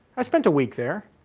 i've spent a week there.